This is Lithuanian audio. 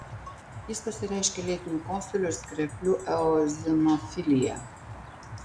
jis pasireiškia lėtiniu kosuliu ir skreplių eozinofilija